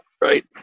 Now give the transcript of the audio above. Right